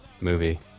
Movie